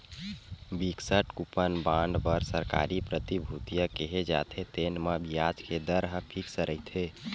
fixed coupon bond बर सरकारी प्रतिभूतिया केहे जाथे, तेन म बियाज के दर ह फिक्स रहिथे